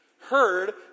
heard